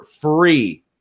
free